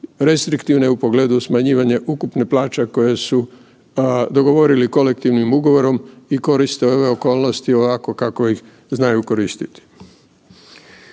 restriktivne u pogledu smanjivanja ukupnih plaća koje su dogovorili kolektivnim ugovorom i koriste ove okolnosti ovako kako ih znaju koristit.